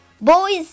boys